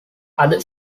other